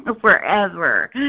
forever